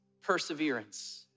perseverance